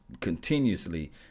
continuously